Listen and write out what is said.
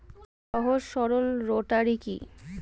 সহজ সরল রোটারি কি?